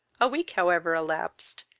a week however elapsed,